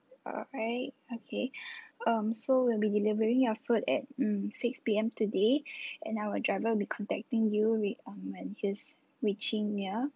alright okay um so we'll be delivering your food at mm six P_M today and our driver will be contacting you with or when he's reaching ya